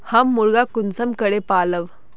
हम मुर्गा कुंसम करे पालव?